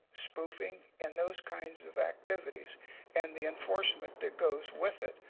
spoofing, and those kinds of activities and the enforcement that goes with it.